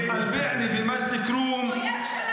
אויב שלנו.